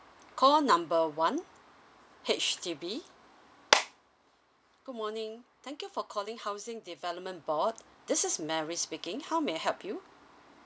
call number one H_D_B good morning thank you for calling housing development board this is mary speaking how may I help you